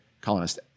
colonists